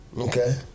Okay